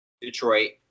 Detroit